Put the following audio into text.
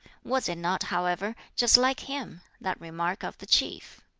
was it not, however, just like him that remark of the chief?